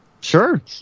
Sure